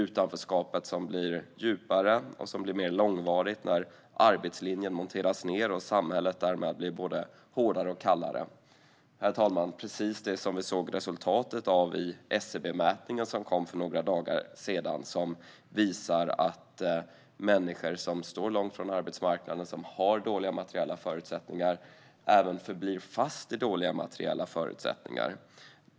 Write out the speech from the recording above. Utanförskapet blir djupare och mer långvarigt när arbetslinjen monteras ned och samhället därmed blir både hårdare och kallare. Detta, herr talman, är precis det som vi såg resultatet av i SCB-mätningen som kom för några dagar sedan. Mätningen visar att människor som står långt från arbetsmarknaden och som har dåliga materiella förutsättningar förblir fast i dåliga materiella förutsättningar.